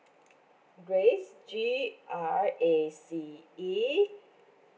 grace G R A C E